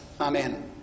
amen